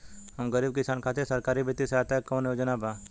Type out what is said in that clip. हम गरीब किसान खातिर सरकारी बितिय सहायता के कवन कवन योजना बा?